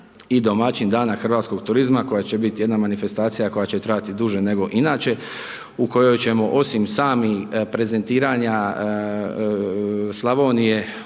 i domaćin dana hrvatskog turizma koja će biti jedna manifestacija koja će trajati duže nego inače u kojoj ćemo osim samih prezentiranja Slavonije